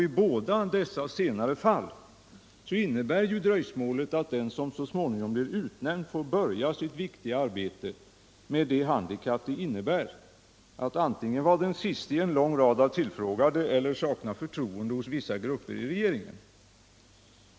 I båda dessa senare fall innebär ju dröjsmålet att den som så småningom blir utnämnd får börja sitt viktiga arbete med det handikapp det innebär att antingen vara den siste i en lång rad av tillfrågade eller sakna förtroende hos vissa grupper i regeringen.